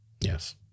Yes